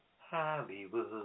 Hollywood